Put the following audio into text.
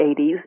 80s